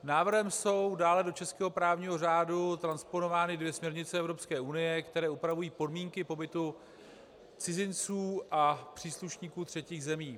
Návrhem jsou dále do českého právního řádu transponovány dvě směrnice Evropské unie, které upravují podmínky pobytu cizinců a příslušníků třetích zemí.